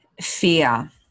fear